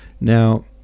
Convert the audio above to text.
Now